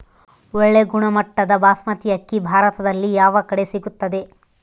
ಒಳ್ಳೆ ಗುಣಮಟ್ಟದ ಬಾಸ್ಮತಿ ಅಕ್ಕಿ ಭಾರತದಲ್ಲಿ ಯಾವ ಕಡೆ ಸಿಗುತ್ತದೆ?